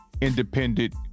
independent